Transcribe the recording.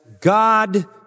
God